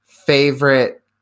favorite